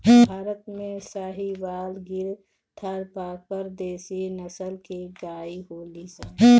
भारत में साहीवाल, गिर, थारपारकर देशी नसल के गाई होलि सन